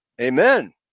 Amen